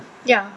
ya